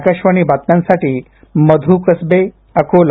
आकाशवाणीच्या बातम्यांसाठी मध् कसबे अकोला